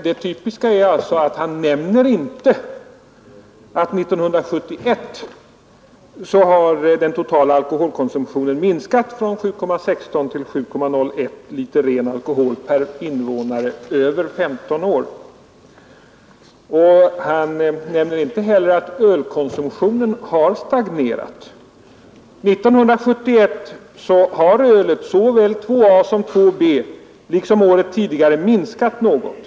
Det typiska är alltså att han inte anger att den totala alkoholkonsumtionen 1971 hade minskat från 7,16 liter till 7,01 liter ren alkohol per invånare över 15 år. Han nämner inte heller att ölkonsumtionen har stagnerat. 1971 hade ölkonsumtionen, såväl II A som II B, liksom året tidigare minskat något.